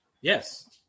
Yes